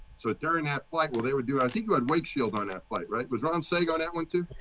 so it turned out quite well. they would do i think had wake shield on that flight. right. was ron seigue on that one too?